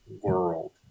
world